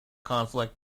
conflict